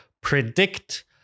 predict